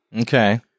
okay